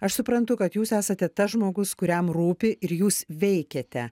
aš suprantu kad jūs esate tas žmogus kuriam rūpi ir jūs veikiate